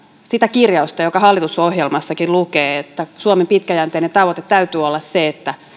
sitä kirjausta joka hallitusohjelmassakin lukee että suomen pitkäjänteisen tavoitteen täytyy olla se että